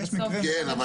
יש מקרה --- כן,